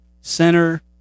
center